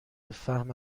فهم